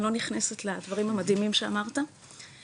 אני לא נכנסת לדברים המדהימים שאמרת,